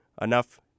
enough